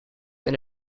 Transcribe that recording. and